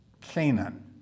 Canaan